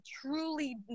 truly